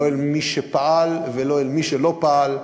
לא אל מי שפעל ולא אל מי שלא פעל.